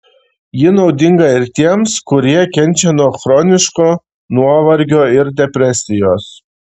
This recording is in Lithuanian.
ji naudinga ir tiems kurie kenčia nuo chroniško nuovargio ir depresijos